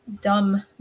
dumb